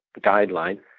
guideline